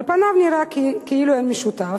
על פניו נראה כאילו אין משותף,